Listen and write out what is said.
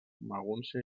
magúncia